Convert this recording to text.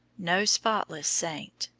no spotless saint.